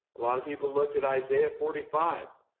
a lot of people looked at isaiah forty five,